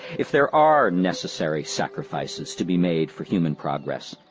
if there are necessary sacrifices to be made for human progress,